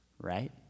right